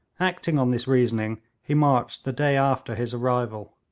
acting on this reasoning, he marched the day after his arrival.